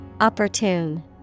Opportune